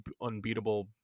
unbeatable